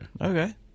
okay